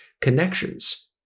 connections